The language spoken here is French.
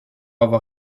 avoir